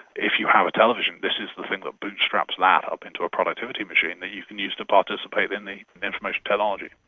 if you have a television, this is the thing that bootstraps that up into a productivity machine that you can use to participate in the information technology.